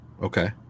Okay